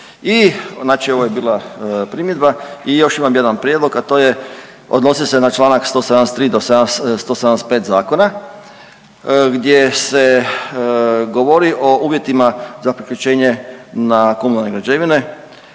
ovo je bila primjedba i još imam jedan prijedlog, a to je, odnosi se na čl. 173 do 175 Zakona, gdje se govori o uvjetima za priključenje na komunalne građevine